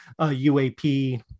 UAP